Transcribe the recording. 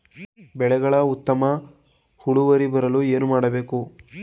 ಬೆಳೆಗಳ ಉತ್ತಮ ಇಳುವರಿ ಬರಲು ಏನು ಮಾಡಬೇಕು?